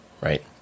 right